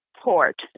port